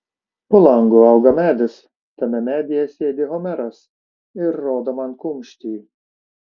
po langu auga medis tame medyje sėdi homeras ir rodo man kumštį